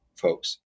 folks